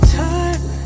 time